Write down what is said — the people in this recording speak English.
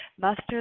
muster